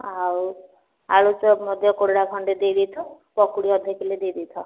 ଆଉ ଆଳୁଚପ୍ ମଧ୍ୟ କୋଡ଼ିଏ'ଟା ଖଣ୍ଡେ ଦେଇ ଦେଇଥାଅ ପକୁଡ଼ି ଅଧ କିଲେ ଦେଇ ଦେଇଥାଅ